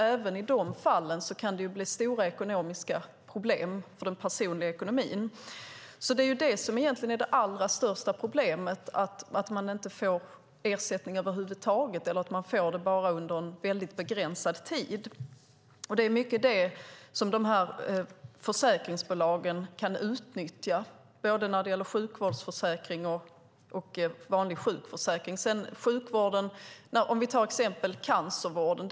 Även i de fallen kan det bli stora ekonomiska problem för den personliga ekonomin. Det allra största problemet är egentligen att man inte får ersättning över huvud taget eller att man bara får det bara under en väldigt begränsad tid. Det är mycket det som försäkringsbolagen kan utnyttja när det gäller både sjukvårdsförsäkring och vanlig sjukförsäkring. Vi kan som exempel ta cancervården.